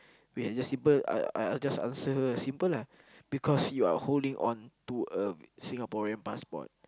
wait just simple I I just answer her simple lah because you are holding on to a Singaporean passport